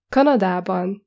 Kanadában